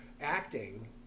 acting